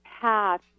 path